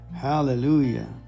Hallelujah